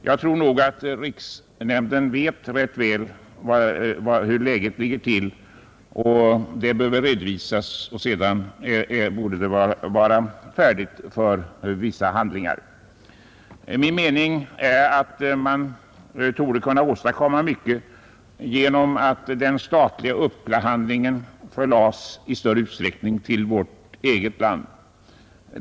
Jag tror nog att riksnämnden vet rätt väl hur läget är, och därför borde det redovisas, och sedan borde man vara beredd att vidta åtgärder. Min mening är att man torde kunna åstadkomma mycket genom att den statliga upphandlingen i större utsträckning förlades till vårt eget land.